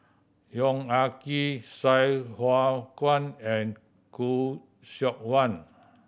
Yong Ah Kee Sai Hua Kuan and Khoo Seok Wan